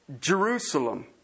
Jerusalem